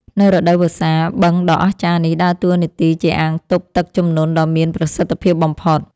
នៅរដូវវស្សា បឹងដ៏អស្ចារ្យនេះដើរតួនាទីជាអាងទប់ទឹកជំនន់ដ៏មានប្រសិទ្ធភាពបំផុត។